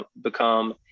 become